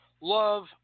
love